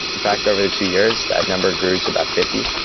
in fact, over the two years that number grew to about fifty,